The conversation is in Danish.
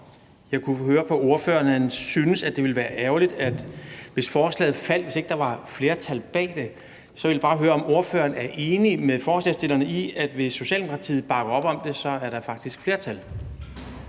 Jeg kunne høre på ordføreren, at han synes, at det ville være ærgerligt, hvis forslaget faldt – hvis ikke der var flertal bag det. Og så vil jeg bare høre, om ordføreren er enig med forslagsstillerne i, at hvis Socialdemokratiet bakker op om det, er der faktisk et flertal.